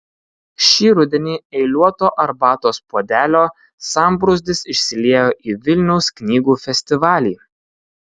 šį rudenį eiliuoto arbatos puodelio sambrūzdis išsiliejo į vilniaus knygų festivalį